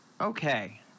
Okay